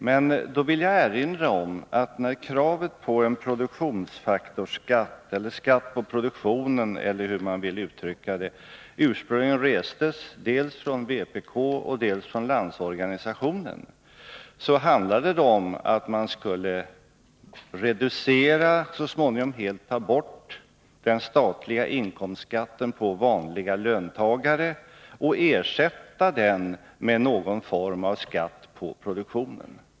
Men jag vill erinra om att när kravet på en produktionsfaktorsskatt — eller skatt på produktionen, eller hur man vill uttrycka det — ursprungligen restes dels från vpk, dels från Landsorganisationen, så handlade det om att reducera och så småningom helt ta bort den statliga inkomstskatten för vanliga löntagare och ersätta den med någon form av skatt på produktionen.